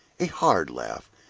a hard laugh,